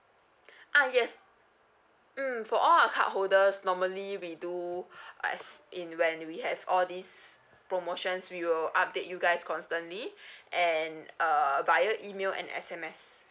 ah yes mm for all our cardholders normally we do as in when we have all these promotions we will update you guys constantly and uh via email and S_M_S